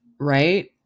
right